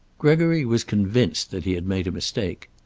gregory was convinced that he had made a mistake.